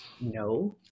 no